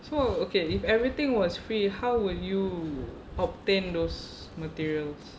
so okay if everything was free how will you obtain those materials